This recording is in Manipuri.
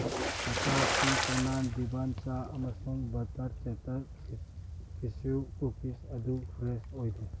ꯇꯇꯥ ꯇꯤ ꯀꯅꯥꯟ ꯗꯤꯕꯥꯟ ꯆꯥ ꯑꯃꯁꯨꯡ ꯕꯇꯔ ꯆꯦꯇꯔ ꯀꯦꯆ꯭ꯌꯨ ꯀꯨꯀꯤꯁ ꯑꯗꯨ ꯐ꯭ꯔꯦꯁ ꯑꯣꯏꯗꯦ